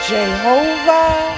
Jehovah